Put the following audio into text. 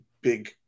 big